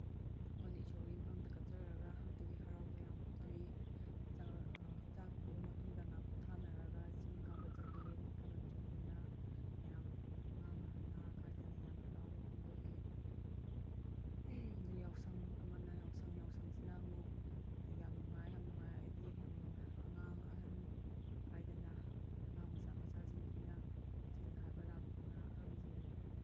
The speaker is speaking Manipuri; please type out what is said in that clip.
ꯑꯩꯈꯣꯏꯅ ꯏꯁꯣꯔꯒꯤ ꯃꯐꯝꯗ ꯀꯠꯆꯔꯒ ꯑꯗꯨꯒꯤ ꯍꯔꯥꯎ ꯇꯌꯥꯝꯕ ꯐꯣꯡꯗꯣꯛꯏ ꯆꯥꯛ ꯆꯥꯛ ꯇꯣꯛꯑ ꯃꯇꯨꯡꯗ ꯉꯥꯏꯍꯥꯛ ꯄꯣꯊꯥꯅꯔꯒ ꯆꯤꯡ ꯀꯥꯕ ꯆꯠꯂꯤ ꯑꯗꯒꯤ ꯊꯥꯕꯟ ꯆꯣꯡꯗꯅ ꯃꯌꯥꯝ ꯑꯉꯥꯡ ꯑꯍꯟ ꯅꯍꯥ ꯈꯥꯏꯗꯅ ꯌꯥꯝ ꯍꯔꯥꯎꯕ ꯐꯣꯡꯗꯣꯛꯏ ꯑꯗꯨ ꯌꯥꯎꯁꯪ ꯑꯃꯅ ꯌꯥꯎꯁꯪ ꯌꯥꯎꯁꯪꯁꯤꯅ ꯑꯃꯨꯛ ꯌꯥꯝ ꯅꯨꯡꯉꯥꯏ ꯌꯥꯝ ꯅꯨꯡꯉꯥꯏ ꯍꯥꯏꯗꯤ ꯑꯉꯥꯡ ꯑꯍꯟ ꯈꯥꯏꯗꯅ ꯑꯉꯥꯡ ꯃꯆꯥ ꯃꯆꯥꯁꯤꯡꯁꯤꯅ ꯁꯦꯟ ꯈꯥꯏꯕ ꯂꯥꯛꯇꯅ ꯑꯍꯟꯁꯤꯡ